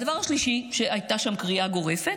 והדבר השלישי, הייתה שם קריאה גורפת,